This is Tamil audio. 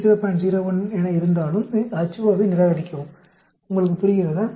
01 என இருந்தாலும் Ho வை நிராகரிக்கவும் உங்களுக்குப் புரிகிறதா